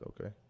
okay